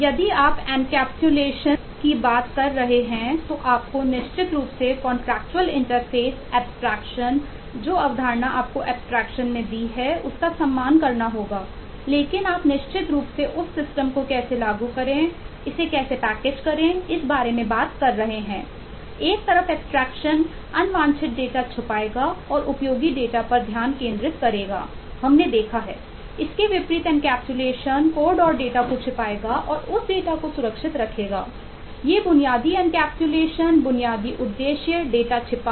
यदि आप एनकैप्सुलेशन छिपाव